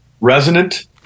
Resonant